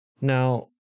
Now